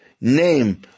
name